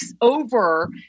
over